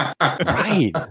Right